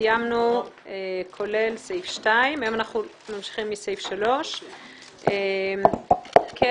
סיימנו כולל סעיף 2. היום אנחנו ממשיכים מסעיף 3. הבנתי